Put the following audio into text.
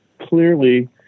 clearly